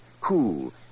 cool